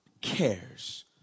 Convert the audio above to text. cares